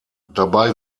dabei